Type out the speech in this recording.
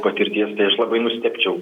patirties tai aš labai nustebčiau